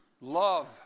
love